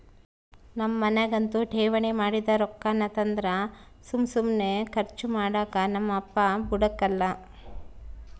ನಮ್ ಮನ್ಯಾಗಂತೂ ಠೇವಣಿ ಮಾಡಿದ್ ರೊಕ್ಕಾನ ತಂದ್ರ ಸುಮ್ ಸುಮ್ನೆ ಕರ್ಚು ಮಾಡಾಕ ನಮ್ ಅಪ್ಪ ಬುಡಕಲ್ಲ